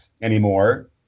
anymore